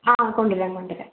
ആ കൊണ്ടുവരാം കൊണ്ടുവരാം